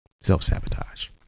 Self-sabotage